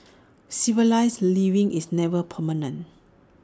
civilised living is never permanent